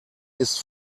ist